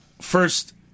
first